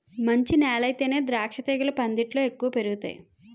మంచి నేలయితేనే ద్రాక్షతీగలు పందిట్లో ఎక్కువ పెరుగతాయ్